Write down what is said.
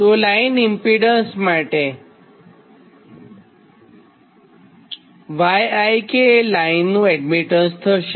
તો line impedance માટે yik એ લાઇનનું એડમીટન્સ થશે